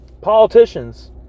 Politicians